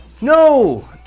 No